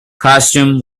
costume